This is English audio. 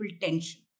tension